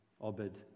Obed